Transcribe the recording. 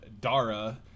Dara